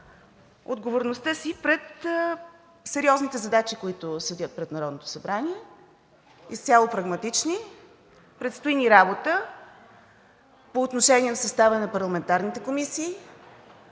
отговорността си пред сериозните задачи, които стоят пред Народното събрание, изцяло прагматични – предстои ни работа по отношение на съставяне на парламентарните комисии,